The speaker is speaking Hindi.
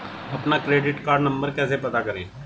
अपना क्रेडिट कार्ड नंबर कैसे पता करें?